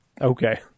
Okay